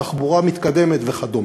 תחבורה מתקדמת וכדומה,